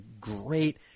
great